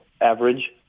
average